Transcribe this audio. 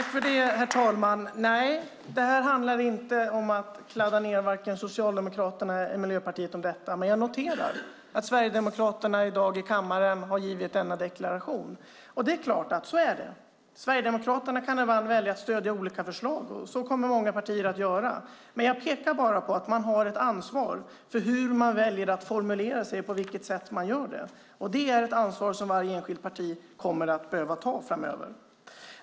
Herr talman! Nej, det handlar inte om att kladda ned Socialdemokraterna eller Miljöpartiet. Jag noterar dock att Sverigedemokraterna i dag har avgivit denna deklaration i kammaren. Sverigedemokraterna kan välja att stödja olika förslag, och så kommer många partier att göra. Jag pekar bara på att man har ett ansvar för hur man väljer att formulera sig och på vilket sätt man gör det. Det är ett ansvar som varje enskilt parti kommer att behöva ta framöver.